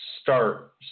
start